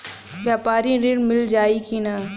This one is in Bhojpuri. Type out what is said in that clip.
व्यापारी ऋण मिल जाई कि ना?